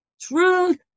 truth